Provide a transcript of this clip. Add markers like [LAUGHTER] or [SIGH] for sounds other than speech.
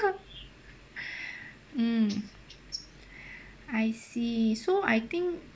[LAUGHS] [BREATH] mm [BREATH] I see so I think